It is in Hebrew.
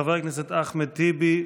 חבר הכנסת אחמד טיבי,